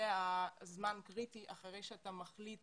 זה זמן קריטי אחרי שאתה מחליט